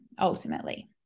Ultimately